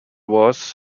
was